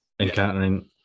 encountering